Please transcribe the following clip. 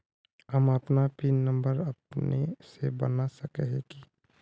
हम अपन PIN number अपने से बना सके है की?